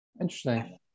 interesting